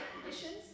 conditions